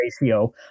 ratio